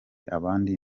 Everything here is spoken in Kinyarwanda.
abandi